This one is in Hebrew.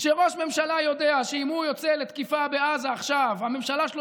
כשראש ממשלה יודע שאם הוא יוצא לתקיפה בעזה עכשיו הממשלה שלו